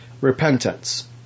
repentance